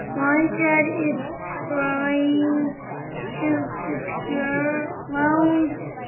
my dad is trying to secure loans